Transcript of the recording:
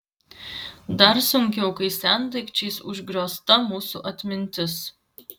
dar sunkiau kai sendaikčiais užgriozta mūsų atmintis